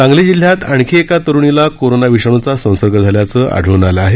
सांगली जिल्ह्यात आणखी एका तरुणीला कोरोना विषाणूचा संसर्ग झाल्याचं आढळून आलं आहे